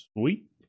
Sweet